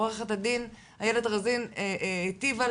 כפי שעוה"ד איילת רזין הטיבה